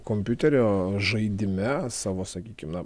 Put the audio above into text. kompiuterio žaidime savo sakykime